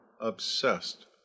obsessed